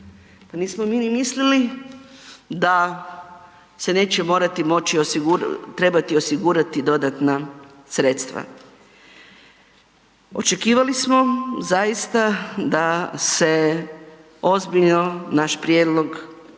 Pa nismo mi ni mislili da se neće morat trebati osigurati dodatna sredstva. Očekivali smo zaista da se ozbiljno naš prijedlog shvati,